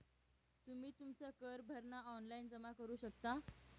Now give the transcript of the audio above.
तुम्ही तुमचा कर भरणा ऑनलाइन जमा करू शकता